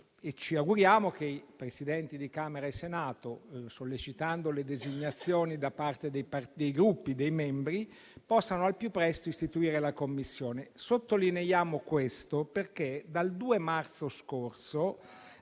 camminare e che i Presidenti di Camera e Senato, sollecitando le designazioni dei membri da parte dei Gruppi, possano al più presto istituire la Commissione. Sottolineiamo questo perché dal 2 marzo scorso